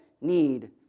need